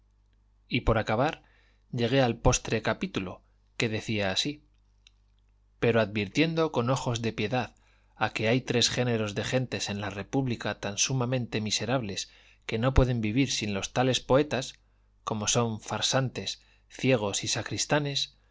y por acabar llegué al postrer capítulo que decía así pero advirtiendo con ojos de piedad a que hay tres géneros de gentes en la república tan sumamente miserables que no pueden vivir sin los tales poetas como son farsantes ciegos y sacristanes